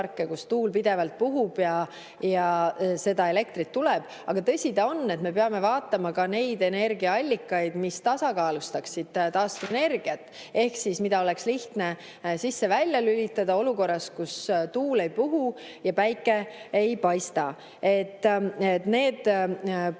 kus tuul pidevalt puhub ja elektrit tuleb. Aga tõsi ta on, et me peame vaatama ka neid energiaallikaid, mis tasakaalustaksid taastuvenergiat ehk mida oleks lihtne sisse-välja lülitada olukorras, kus tuul ei puhu ja päike ei paista. Põlevkivisse